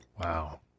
Wow